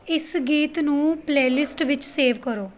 ਇਸ ਗੀਤ ਨੂੰ ਪਲੇਅਲਿਸਟ ਵਿੱਚ ਸੇਵ ਕਰੋ